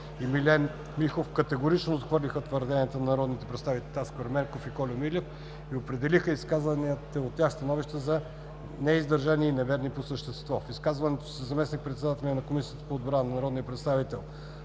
и Милен Михов категорично отхвърлиха твърденията на народните представители Таско Ерменков и Кольо Милев и определиха изказаните от тях становища за неиздържани и неверни по същество. В изказването си заместник-председателят на Комисията по отбрана и народен представител